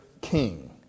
king